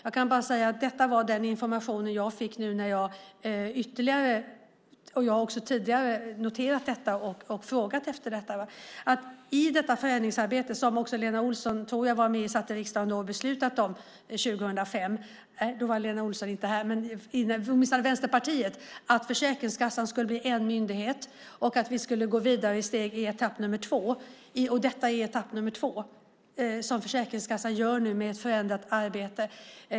Jag kan säga att detta var den information jag fick när jag ytterligare en gång frågade hur det låg till; jag har även tidigare frågat om det. I det förändringsarbete som riksdagen beslutade om 2005, då satt Lena Olsson inte i riksdagen men Vänsterpartiet fanns här, låg att Försäkringskassan skulle bli en myndighet och att vi skulle gå vidare med etapp två, och det är alltså etapp två och det förändringsarbetet som Försäkringskassan nu gör.